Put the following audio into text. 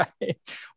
right